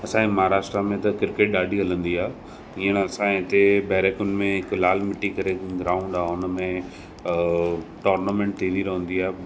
असांए महाराष्ट्र में त किर्केट ॾाढी हलंदी आहे हींअर असां हिते बैरेकुन में हिकु लाल मिटी करे ग्राउंड आहे हुनमें टॉर्नामेंट थींदी रहंदी आहे